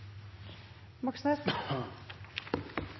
Moxnes